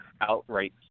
outright